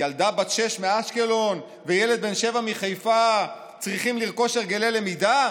ילדה בת שש מאשקלון וילד בן שבע מחיפה צריכים לרכוש הרגלי למידה,